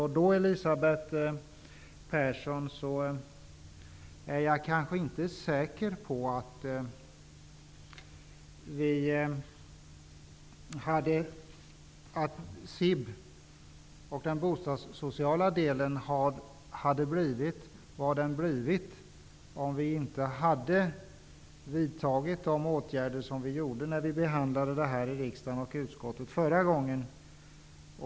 Jag är nog inte, Elisabeth Persson, så säker på att SIB och den bostadssociala delen skulle ha blivit vad de blev om vi inte hade vidtagit åtgärder förra gången när denna fråga behandlades i utskottet och i riksdagen.